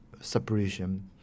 separation